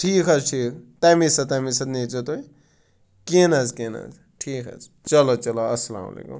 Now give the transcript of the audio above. ٹھیٖک حظ ٹھیٖک تَمے ساتہٕ تَمے ساتہٕ نیٖر زٮ۪و تُہۍ کِہنۍ حظ کِہنۍ حظ ٹھیٖک حظ چلو چلو اَسَلام علیکُم